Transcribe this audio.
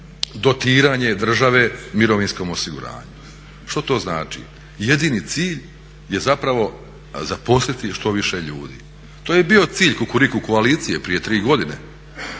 dotiranje države mirovinskom osiguranju. Što to znači? Jedini cilj je zapravo zaposliti što više ljudi. To je i bio cilj Kukuriku koalicije prije 3 godine,